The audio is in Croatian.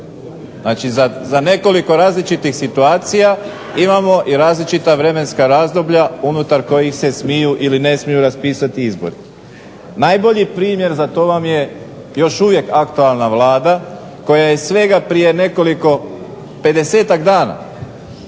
Znači, za nekoliko različitih situacija imamo i različita vremenska razdoblja unutar kojih se smiju ili ne smiju raspisati izbori. Najbolji primjer za to vam je još uvijek aktualna Vlada koja je svega prije nekoliko, pedesetak dana